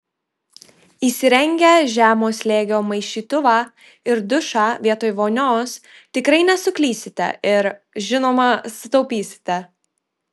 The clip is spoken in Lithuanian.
įsirengę žemo slėgio maišytuvą ir dušą vietoj vonios tikrai nesuklysite ir žinoma sutaupysite